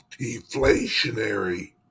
deflationary